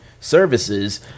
services